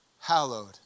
Hallowed